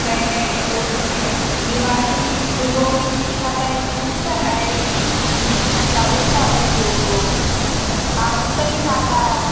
नहीं नहीं नहीं वो सब नहीं बिमारी तो दो ही मच्छी खाता है एक रुपचन आ एक क्या बोलता है उसको जो हाँ रुपचन ही खाता है